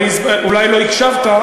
אולי לא הקשבת,